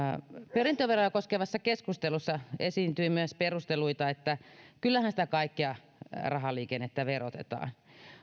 perintöveroja koskevassa keskustelussa esiintyi myös perusteluita että kyllähän sitä kaikkea rahaliikennettä verotetaan